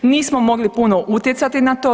Nismo mogli puno utjecati na to.